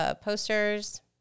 posters